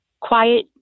quiet